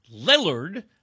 Lillard